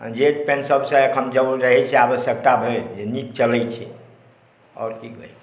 जे पेन सबसए एखन रहै छै आबश्यकता भरि जे नीक चलै छै आओर की कही